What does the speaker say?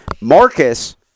Marcus